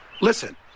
Listen